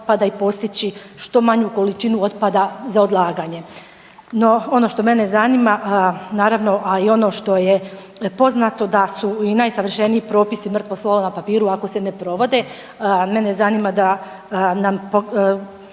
i postići što manju količinu otpada za odlaganje. No, ono što mene zanima naravno a i ono što je poznato da su i najsavršeniji propisi mrtvo slovo na papiru ako se ne provode, mene zanima da nam kažete